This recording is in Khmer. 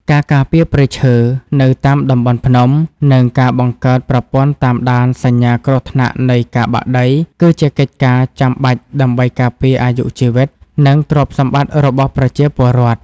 ការការពារព្រៃឈើនៅតាមតំបន់ភ្នំ និងការបង្កើតប្រព័ន្ធតាមដានសញ្ញាគ្រោះថ្នាក់នៃការបាក់ដី គឺជាកិច្ចការចាំបាច់ដើម្បីការពារអាយុជីវិត និងទ្រព្យសម្បត្តិរបស់ប្រជាពលរដ្ឋ។